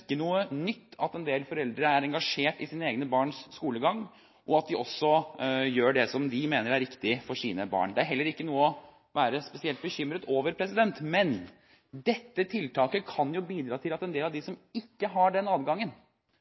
ikke noe nytt at en del foreldre er engasjert i sine egne barns skolegang, og at de gjør det som de mener er riktig for sine barn; det er heller ikke noe å være spesielt bekymret over. Men dette tiltaket kan jo bidra til at en del av dem som ikke har den adgangen,